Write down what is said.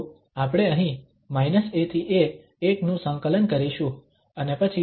તો આપણે અહીં a થી a એક નું સંકલન કરીશું અને પછી dα